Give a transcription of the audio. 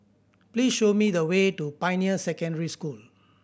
please show me the way to Pioneer Secondary School